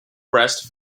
breast